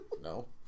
No